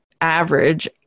average